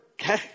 okay